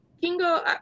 Kingo